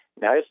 Now